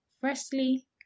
firstly